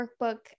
workbook